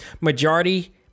majority